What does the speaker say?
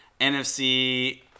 NFC